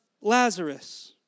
Lazarus